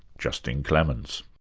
justin clemens.